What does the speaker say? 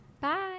Bye